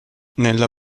nella